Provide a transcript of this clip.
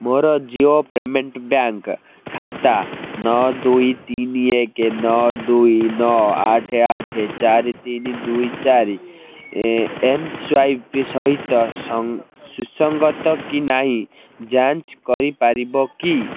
ମୋର Jio payment bank ଖାତା ନଅ ଦୁଇ ତିନି ଏକ ନଅ ଦୁଇ ନଅ ଆଠ ଆଠ ଚାରି ତିନି ଦୁଇ ଚାରି ଏମ୍ ସ୍ୱାଇପ୍ ସହିତ ସୁସଙ୍ଗତ କି ନାହିଁ ଯାଞ୍ଚ୍ କରିପାରିବ କି